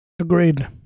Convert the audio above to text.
agreed